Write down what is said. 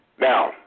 Now